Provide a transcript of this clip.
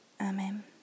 amen